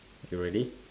K ready